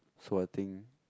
so I think